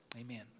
Amen